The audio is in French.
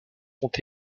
sont